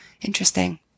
Interesting